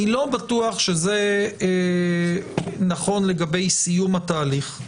אני לא בטוח שזה נכון לגבי סיום התהליך.